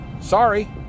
Sorry